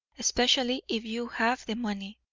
especially if you have the money.